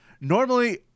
normally